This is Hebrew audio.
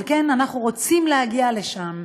אנחנו רוצים להגיע לשם.